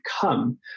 come